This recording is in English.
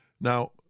Now